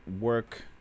work